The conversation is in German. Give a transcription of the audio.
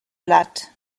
platt